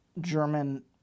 German